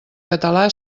català